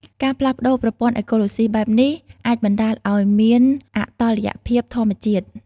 ការផ្លាស់ប្តូរប្រព័ន្ធអេកូឡូស៊ីបែបនេះ អាចបណ្តាលឲ្យមានអតុល្យភាពធម្មជាតិ។